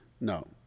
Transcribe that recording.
No